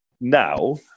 now